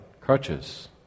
crutches